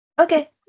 Okay